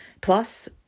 Plus